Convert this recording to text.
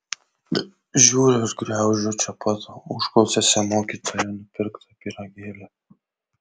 žiūriu ir graužiu čia pat užkulisiuose mokytojo nupirktą pyragėlį